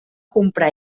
comprar